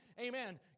amen